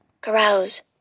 Carouse